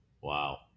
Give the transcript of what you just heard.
Wow